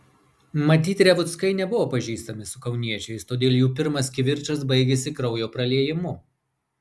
matyt revuckai nebuvo pažįstami su kauniečiais todėl jų pirmas kivirčas baigėsi kraujo praliejimu